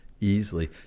Easily